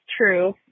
true